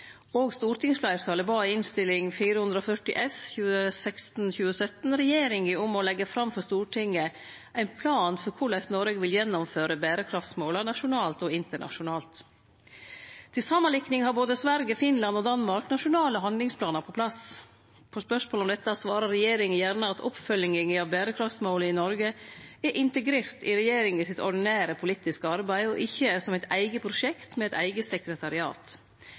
stortingsfleirtalet bad i Innst. 440 S for 2016–2017 regjeringa om å leggje fram for Stortinget ein plan for korleis Noreg vil gjennomføre berekraftsmåla, nasjonalt og internasjonalt. Til samanlikning har både Sverige, Finland og Danmark nasjonale handlingsplanar på plass. På spørsmål om dette svarar regjeringa gjerne at oppfølginga av berekraftsmåla i Noreg er integrert i regjeringa sitt ordinære politiske arbeid og ikkje som eit eige prosjekt med eit eige sekretariat.